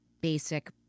basic